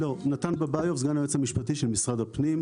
נתן בביוף, סגן היועץ המשפטי של משרד הפנים.